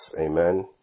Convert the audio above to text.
Amen